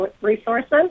resources